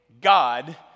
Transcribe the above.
God